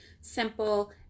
simple